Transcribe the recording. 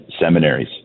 seminaries